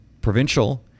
provincial